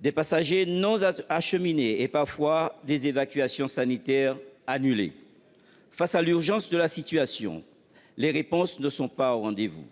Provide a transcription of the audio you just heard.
des passagers non acheminés et, parfois, des évacuations sanitaires annulées. Face à l'urgence de la situation, les réponses ne sont pas au rendez-vous.